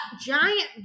giant